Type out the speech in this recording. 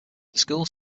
school